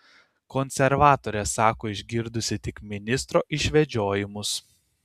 konservatorė sako išgirdusi tik ministro išvedžiojimus